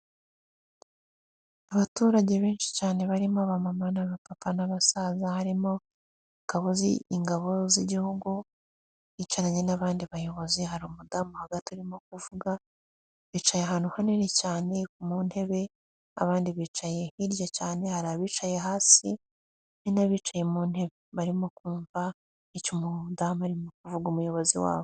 Abaturage benshi cyane barimo aba mama n'abapapa n'abasaza, harimo ingabo z'igihugu zicaranye n'abandi bayobozi hari umudamu hagati arimo kuvuga, bicaye ahantu hanini cyane mu ntebe, abandi bicaye hirya cyane hari abicaye hasi n'abicaye mu ntebe. Barimo kumva icyo umudamu arimo kuvuga umuyobozi wabo.